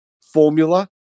formula